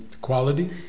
quality